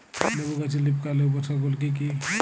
লেবু গাছে লীফকার্লের উপসর্গ গুলি কি কী?